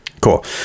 cool